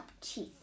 teeth